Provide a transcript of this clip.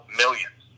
millions